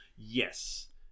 Yes